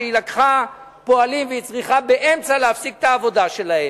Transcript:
כשהיא לקחה פועלים והיא צריכה להפסיק באמצע את העבודה שלהם,